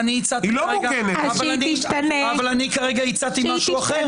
אני כרגע הצעתי משהו אחר.